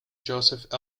joseph